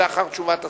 לקצר את השאלות.